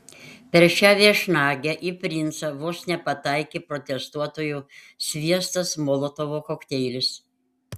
per šią viešnagę į princą vos nepataikė protestuotojo sviestas molotovo kokteilis